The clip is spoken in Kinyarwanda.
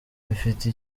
bifite